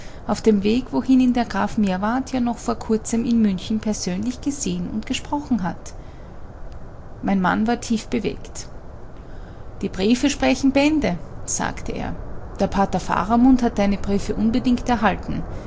auf dem weg wohin ihn der graf meerwarth ja noch vor kurzem in münchen persönlich gesehen und gesprochen hat mein mann war tief bewegt die briefe sprechen bände sagte er der pater faramund hat deine briefe unbedingt erhalten